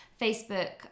facebook